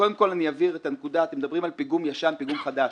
קודם כל אני אבהיר את הנקודה אתם מדברים על פיגום ישן מול פיגום חדש.